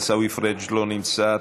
עיסאווי פריג' לא נמצא,